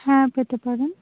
হ্যাঁ পেতে পারেন